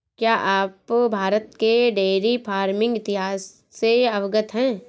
क्या आप भारत के डेयरी फार्मिंग इतिहास से अवगत हैं?